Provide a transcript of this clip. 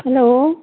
hello